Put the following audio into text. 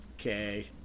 Okay